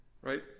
Right